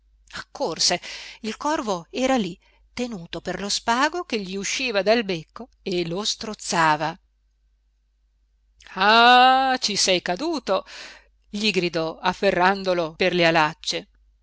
accorse il corvo era lì tenuto per lo spago che gli usciva dal becco e lo strozzava ah ci sei caduto gli gridò afferrandolo per le alacce